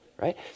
right